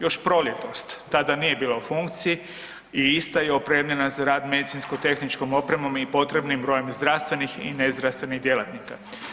Još proljetos tada nije bila u funkciji i ista je opremljena za rad medicinsko-tehničkom opremom i potrebnim brojem zdravstvenih i nezdravstvenih djelatnika.